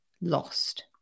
lost